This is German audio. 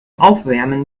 aufwärmen